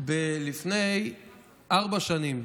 ולפני ארבע שנים,